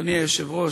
אדוני היושב-ראש,